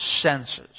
senses